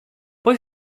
poi